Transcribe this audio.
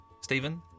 Stephen